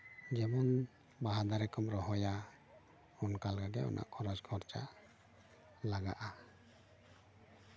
ᱡᱮᱢᱚᱱ ᱵᱟᱦᱟ ᱫᱟᱨᱮ ᱠᱚᱢ ᱨᱚᱦᱚᱭᱟ ᱚᱱᱠᱟ ᱞᱮᱠᱟᱜᱮ ᱚᱱᱟ ᱠᱷᱚᱨᱚᱪ ᱠᱷᱚᱨᱪᱟ ᱞᱟᱜᱟᱜᱼᱟ